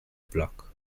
block